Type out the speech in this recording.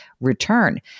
return